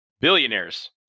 billionaires